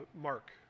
mark